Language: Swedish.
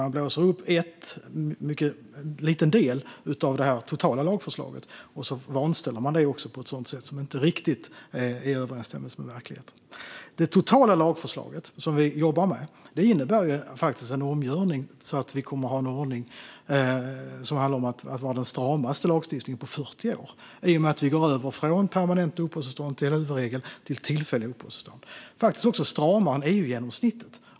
Han blåser upp en mycket liten del av det totala lagförslaget och vanställer det också på ett sätt som inte riktigt är i överensstämmelse med verkligheten. Det totala lagförslag som vi jobbar med innebär faktiskt en omgörning så att vi kommer att ha den stramaste lagstiftningen på 40 år, i och med att vi går över från permanent uppehållstillstånd som huvudregel till tillfälligt uppehållstillstånd. Den blir faktiskt också stramare än EU-genomsnittet.